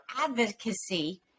advocacy